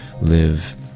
live